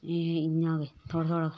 एह् इ'यां गै थोह्ड़ा थोह्ड़ा